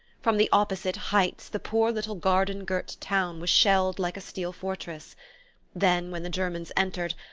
from the opposite heights the poor little garden-girt town was shelled like a steel fortress then, when the germans entered,